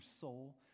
soul